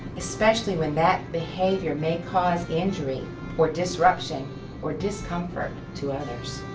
especially when that behavior may cause injury or disruption or discomfort to others.